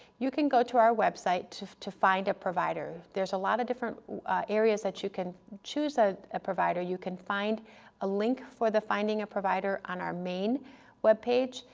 you can go to our website to find find a provider, there's a lot of different areas that you can choose a a provider, you can find a link for the finding a provider on our main webpage,